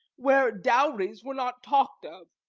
where dowries were not talk'd of,